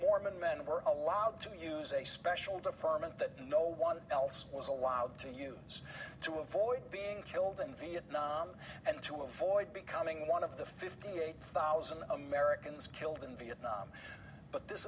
mormon men were allowed to use a special deferment that no one else was allowed to use to avoid being killed in vietnam and to avoid becoming one of the fifty eight thousand americans killed in vietnam but this